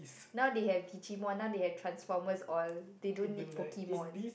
now they have Digimon now they have Transformers all they don't need Pokemon